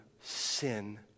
sin